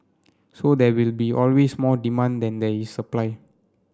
so there will be always more demand than there is supply